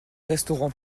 restaurant